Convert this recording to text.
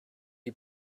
you